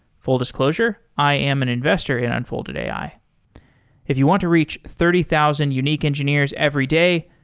full disclosure, i am an investor in unfolded ai if you want to reach thirty thousand unique engineers every day,